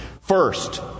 First